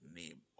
name